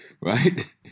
right